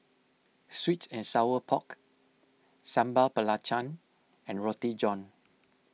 Sweet and Sour Pork Sambal Belacan and Roti John